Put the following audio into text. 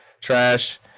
trash